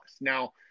Now